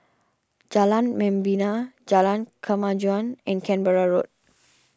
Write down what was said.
Jalan Membina Jalan Kemajuan and Canberra Road